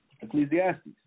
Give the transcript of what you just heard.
Ecclesiastes